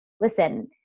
listen